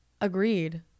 Agreed